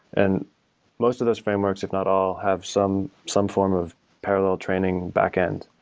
and most of those frameworks, if not all, have some some form of parallel training backend.